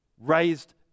raised